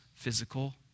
physical